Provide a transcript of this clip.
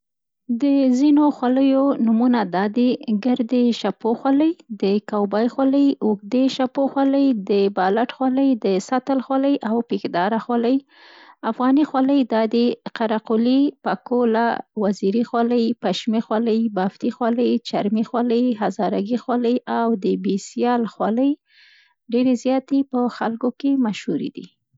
د ځینو خولیو نومونه دا دي: ګردې شپو خولۍ، د کاو بای خولۍ، اوږدې شپو خولۍ، د بالټ خولۍ، د سطل خولۍ او پيک داره خولۍ. افغاني خولۍ دا دي: قرقلي، پکوله، وزیري خولۍ، پشمي خولۍ، بافتي خولۍ، چرمي خولۍ، هزاره ګي خولۍ او د بیسال خولۍ ډېرې زیاتې په خلکو کې مشهوري دي.